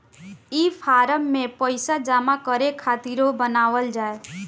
ई फारम के पइसा जमा करे खातिरो बनावल जाए